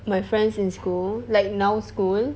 my friends in school like now school